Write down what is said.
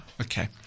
Okay